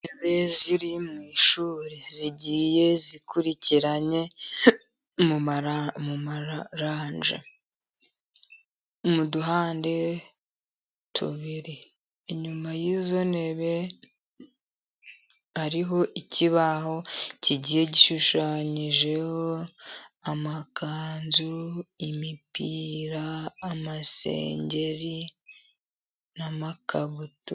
Intebe ziri mu ishuri, zigiye zikurikiranye mu maranje mu duhande tubiri. Inyuma y'izo ntebe hariho ikibaho kigiye gishushanyijeho amakanzu, imipira, amasengeri n'amakabutura.